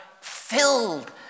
filled